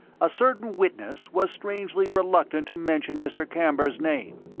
a certain witness was strangely reluctant to mention mr. camber's name.